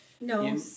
No